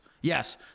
Yes